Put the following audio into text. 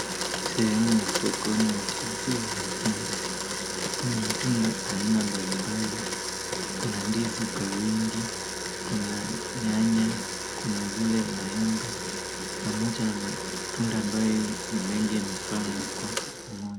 Sehemu ya sokoni ya kuuzia matunda, kuna matunda aina mbalimbali , kuna ndizi kwa wingi, kuna nyanya , kuna vile maembe pamoja na matunda mengi ambae imepangwa kwa pamoja .